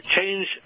change